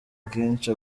akenshi